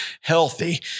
healthy